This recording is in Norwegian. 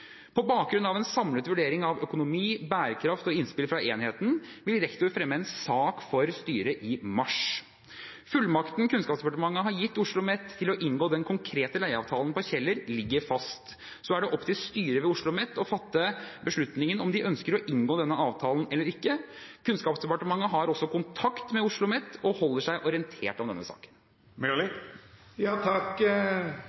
På bakgrunn av en samlet vurdering av økonomi, bærekraft og innspill fra enhetene vil rektor fremme en sak for styret i mars. Fullmakten Kunnskapsdepartementet har gitt OsloMet til å inngå den konkrete leieavtalen på Kjeller, ligger fast. Så er det opp til styret ved OsloMet å fatte beslutningen om de ønsker å inngå denne avtalen eller ikke. Kunnskapsdepartementet har også kontakt med OsloMet og holder seg orientert om denne saken.